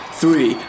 three